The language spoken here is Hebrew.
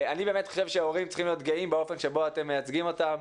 אני באמת חושב שההורים צריכים להיות גאים באופן שבו אתם מייצגים אותם.